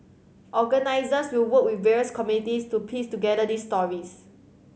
organisers will work with various communities to piece together these stories